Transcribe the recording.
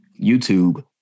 YouTube